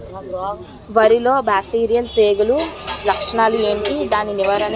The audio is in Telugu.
వరి లో బ్యాక్టీరియల్ తెగులు లక్షణాలు ఏంటి? దాని నివారణ ఏంటి?